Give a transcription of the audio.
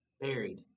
Buried